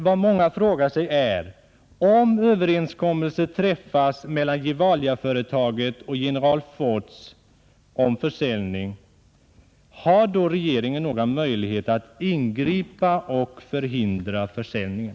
Vad många frågar sig är: Om överenskommelse träffas mellan Gevaliaföretaget och General Foods om försäljning, har då regeringen några möjligheter att ingripa och förhindra försäljningen?